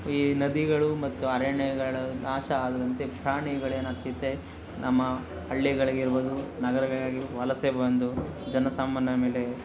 ಈ ನದಿಗಳು ಮತ್ತು ಅರಣ್ಯಗಳು ನಾಶ ಆದಂತೆ ಪ್ರಾಣಿಗಳೆನಾಗ್ತಿದೆ ನಮ್ಮ ಹಳ್ಳಿಗಳಿಗೆ ಇರ್ಬೋದು ನಗರಗಳಿಗೆ ವಲಸೆ ಬಂದು ಜನ ಸಾಮಾನ್ಯರ ಮೇಲೆ